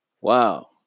Wow